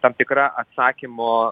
tam tikra atsakymo